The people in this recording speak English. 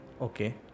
Okay